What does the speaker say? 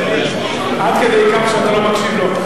אני סומך על סגני, עד כדי כך שאתה לא מקשיב לו?